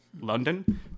London